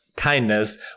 kindness